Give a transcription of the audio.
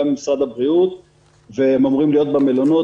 עם משרד הבריאות והם אמורים להיות במלונות,